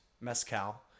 mezcal